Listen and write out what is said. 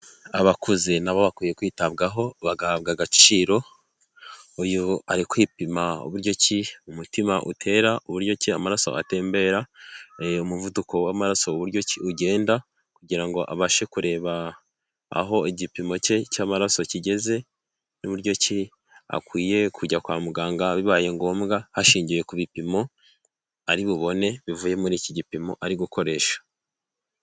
Abakuze nabo bakwiye kwitabwaho bagahabwa agaciro, uyu ari kwipima buryo ki umutima utera, uburyo ki amaraso atembera, umuvuduko w'amaraso uburyo ki ugenda kugira ngo abashe kureba aho igipimo cye cy'amaraso kigeze, n'uburyo ki akwiye kujya kwa muganga bibaye ngombwa hashingiwe ku bipimo ari bubone bivuye muri iki gipimo ari gukoresha.